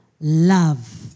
love